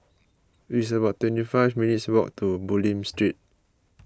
it's about twenty five minutes' walk to Bulim Street